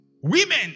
Women